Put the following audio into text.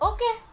Okay